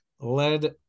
led